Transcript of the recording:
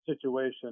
situation